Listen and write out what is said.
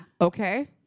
Okay